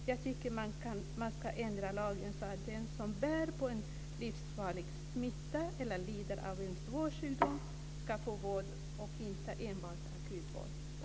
Jag tycker att man ska ändra lagen så att den som bär på en livsfarlig smitta eller lider av en svår sjukdom ska få vård och inte enbart akutvård.